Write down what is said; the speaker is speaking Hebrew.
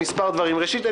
ראשית,